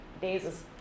days